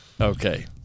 Okay